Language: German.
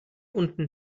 unten